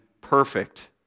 perfect